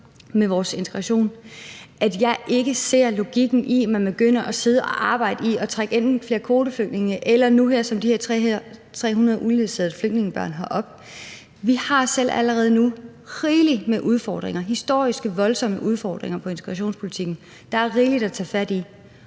med vores integration, at jeg ikke ser logikken i, at man begynder at sidde og arbejde på enten at trække flere kvoteflygtninge eller nu de her 300 uledsagede flygtningebørn herop. Vi har selv allerede nu rigeligt med udfordringer – historiske, voldsomme udfordringer med integrationspolitikken. Der er rigeligt at tage fat i.